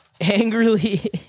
Angrily